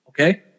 Okay